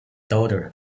daughter